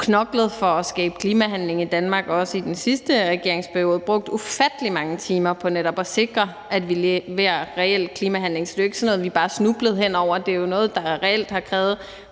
knoklet for at skabe klimahandling i Danmark, også i den sidste regeringsperiode, brugt ufattelig mange timer på netop at sikre, at vi leverer reel klimahandling. Så det er ikke sådan noget, vi bare er snublet hen over; det er jo noget, der reelt har krævet